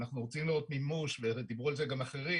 שאנחנו רוצים לראות מימוש ודיברו על זה גם אחרים